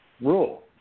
rule